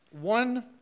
one